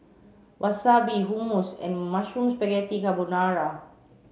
Wasabi Hummus and Mushroom Spaghetti Carbonara